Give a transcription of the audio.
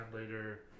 later